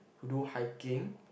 who do hiking